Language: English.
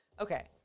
Okay